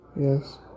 Yes